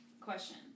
question